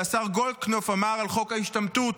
שהשר גולדקנופ אמר על חוק ההשתמטות: